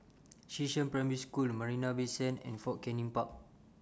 Xishan Primary School Marina Bay Sands and Fort Canning Park